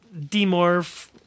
demorph